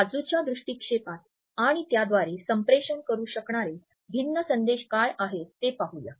बाजूच्या दृष्टीक्षेपात आणि त्याद्वारे संप्रेषण करू शकणारे भिन्न संदेश काय आहेत ते पाहूया